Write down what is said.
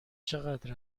چقدر